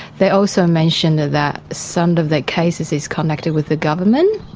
they also mentioned that some of their cases is connected with the government,